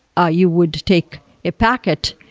ah you would take a packet,